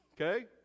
okay